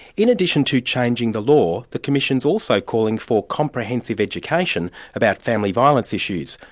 in addition to changing the law, the commission is also calling for comprehensive education about family violence issues,